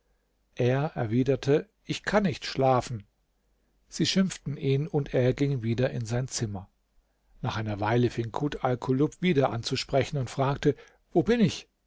er erwiderte ich kann nicht schlafen sie schimpften ihn und er ging wieder in sein zimmer nach einer weile fing kut alkulub wieder an zu sprechen und fragte wo bin ich